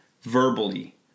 verbally